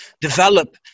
develop